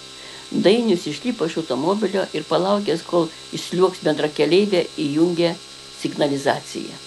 dainius išlipo iš automobilio ir palaukęs kol išsliuogs bendrakeleivė įjungė signalizaciją